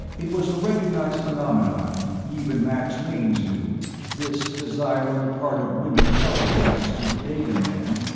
it was a recognized phenomenon, even max mainz knew this desire on the part of women telly fans to date a man,